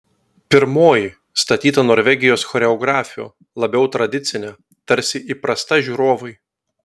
pirmoji statyta norvegijos choreografių labiau tradicinė tarsi įprasta žiūrovui